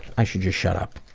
i should just shut up